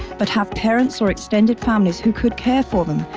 but have parents or extended families who could care for them,